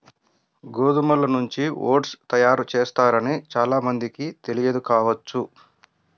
గోధుమల నుంచి ఓట్స్ తయారు చేస్తారని చాలా మందికి తెలియదు కావచ్చు